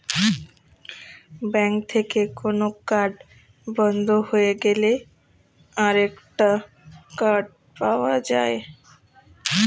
bank থেকে কোন card বন্ধ হয়ে গেলে আরেকটা কার্ড পাওয়া যায়